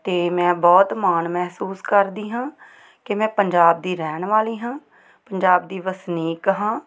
ਅਤੇ ਮੈਂ ਬਹੁਤ ਮਾਣ ਮਹਿਸੂਸ ਕਰਦੀ ਹਾਂ ਕਿ ਮੈਂ ਪੰਜਾਬ ਦੀ ਰਹਿਣ ਵਾਲੀ ਹਾਂ ਪੰਜਾਬ ਦੀ ਵਸਨੀਕ ਹਾਂ